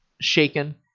shaken